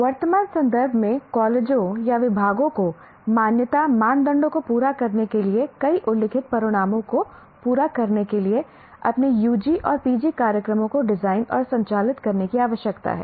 वर्तमान संदर्भ में कॉलेजों या विभागों को मान्यता मानदंडों को पूरा करने के लिए कई उल्लिखित परिणामों को पूरा करने के लिए अपने UG और PG कार्यक्रमों को डिजाइन और संचालित करने की आवश्यकता है